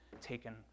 taken